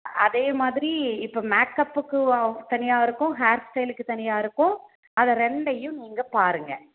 அதேமாதிரி இப்போ மேக்கப்புக்கு தனியாக இருக்கும் ஹேர் ஸ்டைலுக்கு தனியாக இருக்கும் அதை ரெண்டையும் நீங்கள் பாருங்க